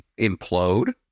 implode